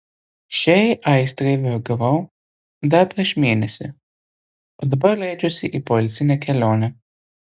šiai aistrai vergavau dar prieš mėnesį o dabar leidžiuosi į poilsinę kelionę